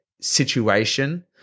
situation